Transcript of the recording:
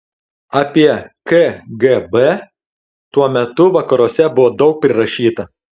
apie kgb tuo metu vakaruose buvo daug prirašyta